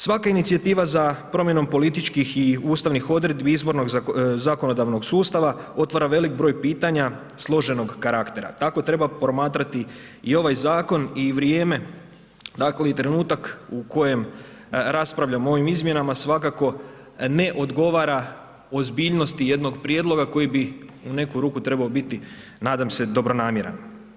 Svaka inicijativa za promjenom političkih i ustavnih odredbi izbornog zakonodavnog sustava otvara velik broj pitanja složenog karaktera, tako treba promatrati i ovaj zakon i vrijeme, dakle i trenutak u kojem raspravljamo o ovim izmjenama, svakako ne odgovara ozbiljnosti jednog prijedloga koji bi u neku ruku trebao biti nadam se, dobronamjeran.